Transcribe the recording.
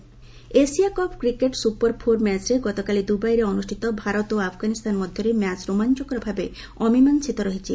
Asia Cup Asia Cup cricket super four ମ୍ୟାଚ୍ରେ ଗତକାଲି ଦୁବାଇରେ ଅନୁଷ୍ଠିତ ଭାରତ ଓ ଆଫ୍ଗାନିସ୍ତାନ ମଧ୍ୟରେ ମ୍ୟାଚ୍ ରୋମାଞ୍ଚକର ଭାବେ ଅମିମାଂଶିତ ରହିଛି